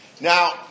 Now